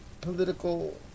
political